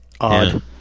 Odd